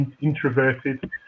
introverted